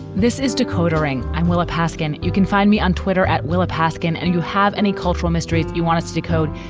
this is decoder ring. i'm willa paskin. you can find me on twitter at willa paskin. and you have any cultural mysteries you want to decode?